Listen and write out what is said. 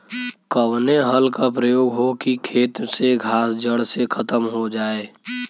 कवने हल क प्रयोग हो कि खेत से घास जड़ से खतम हो जाए?